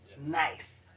Nice